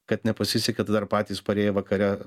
kad nepasisekė tai dar patys parėję vakare